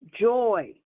joy